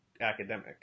academic